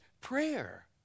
prayer